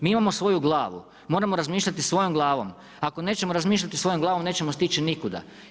Mi imamo svoju glavu, moramo razmišljati svojom glavom, ako nećemo razmišljati svojom glavom, nećemo stići nikuda.